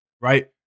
Right